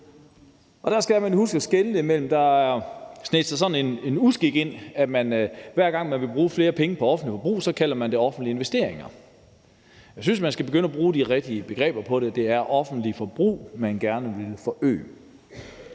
Der skal man huske at skelne mellem tingene. Der har sneget sig sådan en uskik ind med, at man, hver gang man vil bruge flere penge på offentligt forbrug, kalder det offentlige investeringer. Jeg synes, man skal begynde at bruge de rigtige begreber om det. Det er det offentlige forbrug, man gerne vil øge.